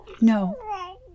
No